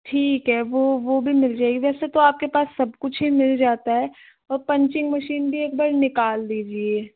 ठीक है वह वह भी मिल जाएगी वैसे तो आपके पास सब कुछ ही मिल जाता है पंचिग मशीन भी एक बार निकाल दीजिए